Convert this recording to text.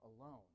alone